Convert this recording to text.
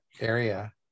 area